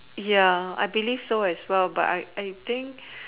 ya I believe so as well but I I think